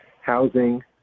housing